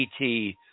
ET